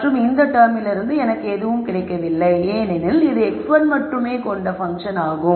மற்றும் இந்த டெர்மிலிருந்து எனக்கு எதுவும் கிடைக்கவில்லை ஏனெனில் இது x1 மட்டுமே கொண்ட பன்ஃசன் ஆகும்